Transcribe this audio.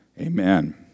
Amen